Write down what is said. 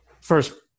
first